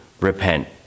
repent